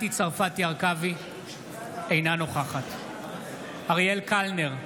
אינה נוכחת אריאל קלנר,